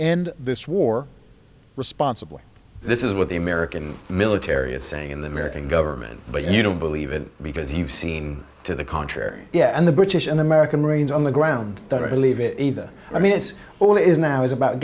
end this war responsibly this is what the american military is saying in the american government but you don't believe it because you've seen to the contrary yeah and the british and american marines on the ground that i believe it either i mean it's all is now is about